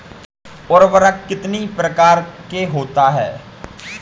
उर्वरक कितनी प्रकार के होता हैं?